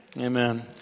amen